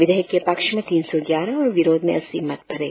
विधेयक के पक्ष में तीन सौ ग्यारह और विरोध में अस्सी मत पड़े